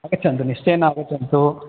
आगच्छन्तु निश्चयेन आगच्छन्तु